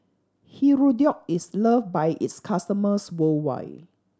Hirudoid is loved by its customers worldwide